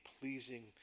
pleasing